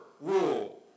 rule